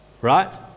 right